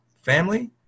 family